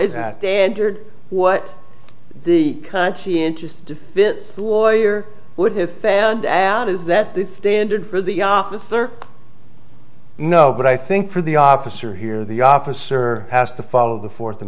standard what the conscientious to fit the warrior would have found out is that the standard for the officer no but i think for the officer here the officer has to follow the fourth